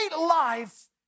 life